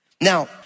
Now